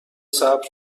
صبر